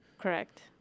Correct